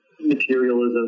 materialism